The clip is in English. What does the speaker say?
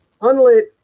unlit